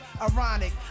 ironic